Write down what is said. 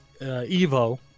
evo